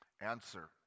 Answer